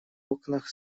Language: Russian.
окнах